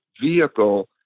vehicle